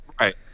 Right